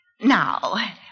Now